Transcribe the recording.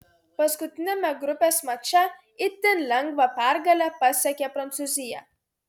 paskutiniame grupės mače itin lengvą pergalę pasiekė prancūzija